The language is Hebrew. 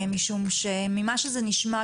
משום שממה שזה נשמע,